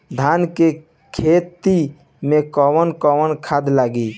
धान के खेती में कवन कवन खाद लागी?